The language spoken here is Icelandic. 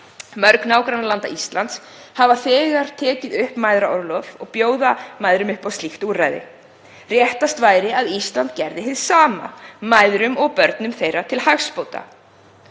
Mörg nágrannalanda Íslands hafa þegar tekið upp mæðraorlof og bjóða mæðrum upp á slíkt úrræði. Réttast væri að Ísland gerði slíkt hið sama, mæðrum og börnum þeirra til hagsbóta.